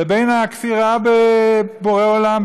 לבין הכפירה בבורא עולם,